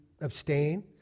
abstain